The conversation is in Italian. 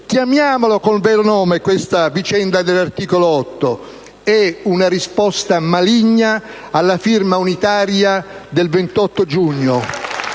Chiamiamola con il suo vero nome, questa vicenda dell'articolo 8: è una risposta maligna alla firma unitaria del 28 giugno.